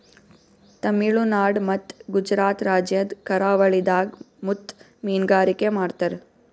ತಮಿಳುನಾಡ್ ಮತ್ತ್ ಗುಜರಾತ್ ರಾಜ್ಯದ್ ಕರಾವಳಿದಾಗ್ ಮುತ್ತ್ ಮೀನ್ಗಾರಿಕೆ ಮಾಡ್ತರ್